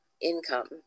income